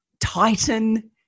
Titan